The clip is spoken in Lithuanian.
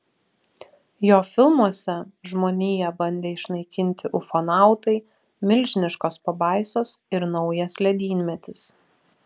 jo filmuose žmoniją bandė išnaikinti ufonautai milžiniškos pabaisos ir naujas ledynmetis